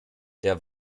der